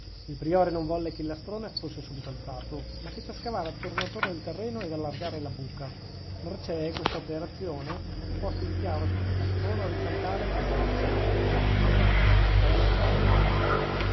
il priore non volle che il lastrone fosse subito alzato ma fece scavare torno torno il terreno ed allargare la buca mercè questa operazione fu posto in chiaro che quel lastrone orizzontale posava su altri quattro verticalmente piantati